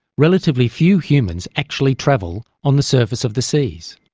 relatively few humans actually travel on the surface of the seas,